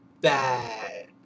bad